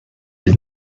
did